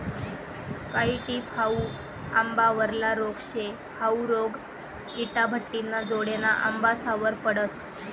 कायी टिप हाउ आंबावरला रोग शे, हाउ रोग इटाभट्टिना जोडेना आंबासवर पडस